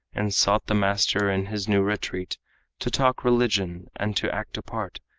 and sought the master in his new retreat to talk religion and to act a part,